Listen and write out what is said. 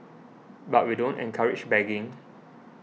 but we don't encourage begging